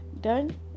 done